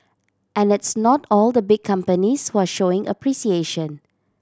and it's not all the big companies who are showing appreciation